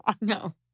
No